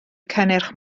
cynnyrch